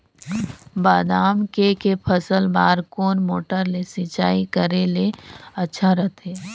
बादाम के के फसल बार कोन मोटर ले सिंचाई करे ले अच्छा रथे?